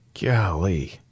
Golly